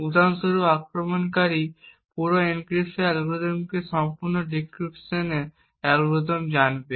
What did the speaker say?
উদাহরণস্বরূপ আক্রমণকারী পুরো এনক্রিপশন অ্যালগরিদমটি সম্পূর্ণ ডিক্রিপশন অ্যালগরিদম জানবে